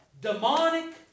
demonic